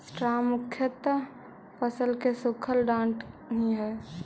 straw मुख्यतः फसल के सूखल डांठ ही हई